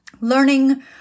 learning